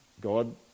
God